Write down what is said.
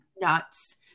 nuts